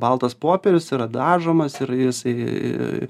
baltas popierius yra dažomas ir jisai